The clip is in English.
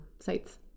sites